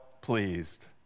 pleased